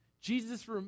Jesus